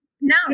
No